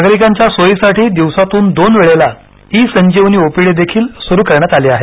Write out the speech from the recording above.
नागरीकांच्या सोईसाठी दिवसातून दोन वेळेस ई संजीवनी ओपीडी देखील सुरू करण्यात आली आहे